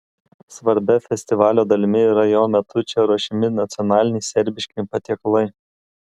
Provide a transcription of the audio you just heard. svarbia festivalio dalimi yra jo metu čia ruošiami nacionaliniai serbiški patiekalai